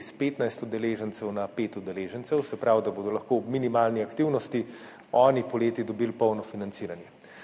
s 15 udeležencev na 5 udeležencev, se pravi, da bodo lahko ob minimalni aktivnosti oni dobili poleti polno financiranje,